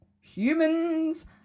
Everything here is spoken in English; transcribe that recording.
humans